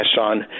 on